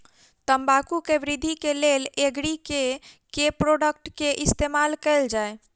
तम्बाकू केँ वृद्धि केँ लेल एग्री केँ के प्रोडक्ट केँ इस्तेमाल कैल जाय?